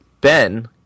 Ben